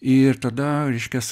ir tada reiškias